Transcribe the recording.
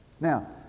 Now